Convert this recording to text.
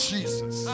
Jesus